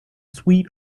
sweet